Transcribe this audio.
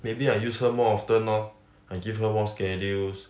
maybe I use her more often lor I give her more schedules